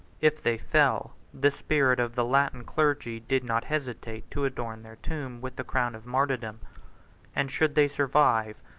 if they fell, the spirit of the latin clergy did not hesitate to adorn their tomb with the crown of martyrdom and should they survive,